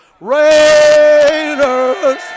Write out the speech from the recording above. Raiders